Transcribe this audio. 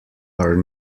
are